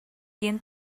диэн